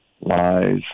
Lies